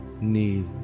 need